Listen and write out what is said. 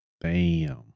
Bam